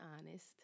honest